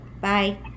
Bye